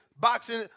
boxing